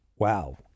Wow